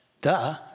duh